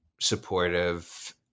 supportive